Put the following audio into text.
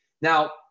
Now